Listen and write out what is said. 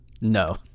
no